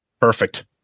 Perfect